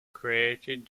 created